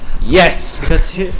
Yes